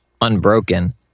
unbroken